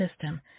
system